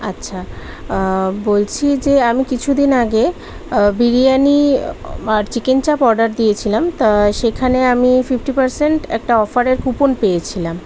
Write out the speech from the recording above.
আচ্ছা বলছি যে আমি কিছু দিন আগে বিরিয়ানি আর চিকেন চাপ অর্ডার দিয়েছিলাম তা সেখানে আমি ফিফটি পারসেন্ট একটা অফারের একটা কুপন পেয়েছিলাম